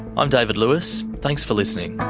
i'm david lewis, thanks for listening